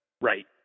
Right